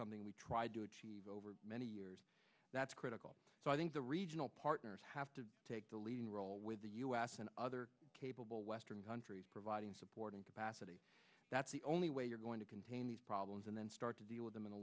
something we tried to achieve over many years that's critical so i think the regional partners have to take the leading role with the u s and other capable western countries providing supporting capacity that's the only way you're going to contain these problems and then start to deal with them in the